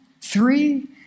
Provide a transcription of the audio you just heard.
Three